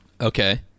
Okay